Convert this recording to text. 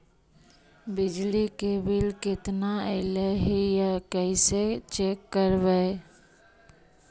बिजली के बिल केतना ऐले हे इ कैसे चेक करबइ?